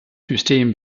system